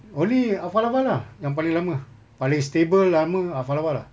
only alfa laval lah yang paling lama paling stable lama alfa laval lah